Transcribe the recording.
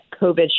COVID